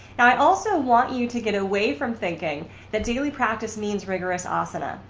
and i also want you to get away from thinking that daily practice means rigorous ah asana.